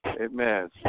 Amen